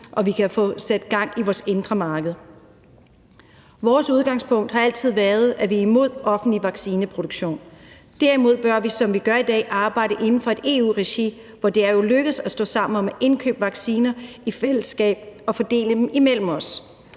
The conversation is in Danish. så vi kan få sat gang i vores indre marked. Vores udgangspunkt har altid været, at vi er imod offentlig vaccineproduktion. Derimod bør vi, som vi gør i dag, arbejde inden for et EU-regi, for det er jo lykkedes at stå sammen om at indkøbe vacciner i fællesskab og fordele dem imellem os.